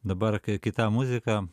dabar kai kita muzika